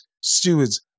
stewards